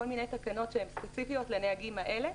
כל מיני תקנות שהן ספציפיות לנהגים האלה,